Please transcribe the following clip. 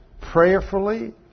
prayerfully